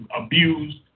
abused